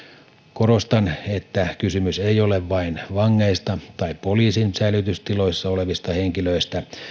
korostan että kysymys ei ole vain vangeista tai poliisin säilytystiloissa olevista henkilöistä